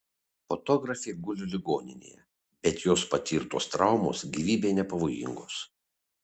fotografė guli ligoninėje bet jos patirtos traumos gyvybei nepavojingos